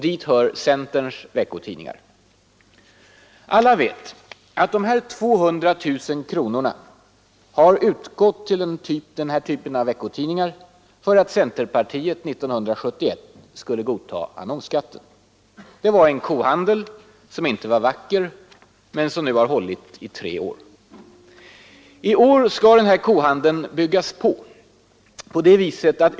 Dit hör centerns veckotidningar. Alla vet att de här 200 000 kronorna har utgått till den typen av veckotidningar för att centerpartiet 1971 skulle godta annonsskatten. Det var en kohandel, som inte var vacker men som nu har hållit i tre år. I år skall den här kohandeln byggas ut.